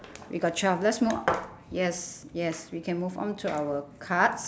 we got twelve let's move yes yes we can move on to our cards